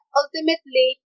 ultimately